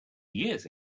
years